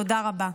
תודה רבה.